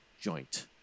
joint